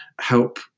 help